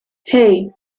hey